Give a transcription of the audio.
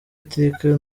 iteka